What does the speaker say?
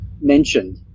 mentioned